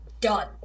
done